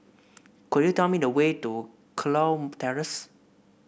could you tell me the way to Kurau Terrace